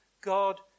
God